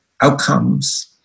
outcomes